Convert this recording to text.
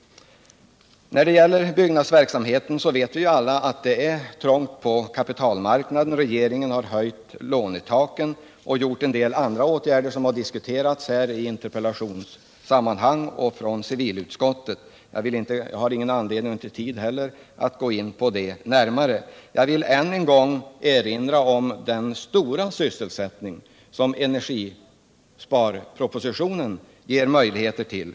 Beträffande byggnadsverksamheten vet vi att det är trångt på kapitalmarknaden. Regeringen har höjt lånetaket i ett par omgångar och vidtagit en del andra åtgärder, som har diskuterats i samband med interpellationssvar och vid behandling av betänkanden från civilutskottet. Jag har ingen anledning och inte tid heller att gå in på det närmare. Jag vill än en gång erinra om den stora sysselsättning som energisparpropositionen ger möjligheter till.